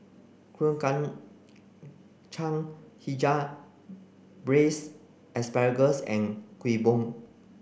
Kuih Kacang Hijau braised asparagus and Kueh Bom